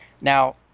Now